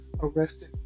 arrested